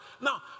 Now